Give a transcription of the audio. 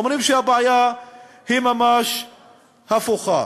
אומרים שהבעיה היא ממש הפוכה.